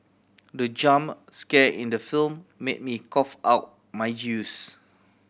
the jump scare in the film made me cough out my juice